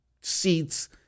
seats